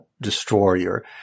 destroyer